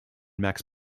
max